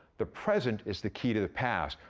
the present is the key to the past.